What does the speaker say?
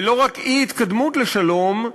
ולא רק אי-התקדמות לשלום,